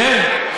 כן.